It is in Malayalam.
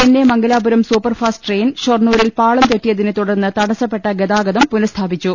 Chennai Mangalapuram super fast train ഷൊർണൂ രിൽ പാളം തെറ്റിയതിനെ തുടർന്ന് തടസ്സപ്പെട്ട ഗതാഗതം പുന സ്ഥാപിച്ചു